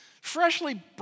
freshly